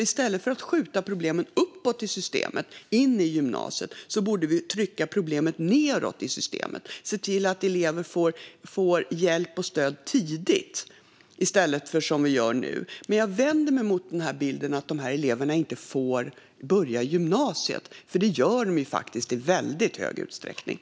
I stället för att skjuta problemet uppåt i systemet och in i gymnasiet borde vi trycka problemet nedåt i systemet och se till att elever får hjälp och stöd tidigt. Jag vänder mig dock emot bilden att eleverna inte får börja gymnasiet, för det gör de faktiskt i väldigt stor utsträckning.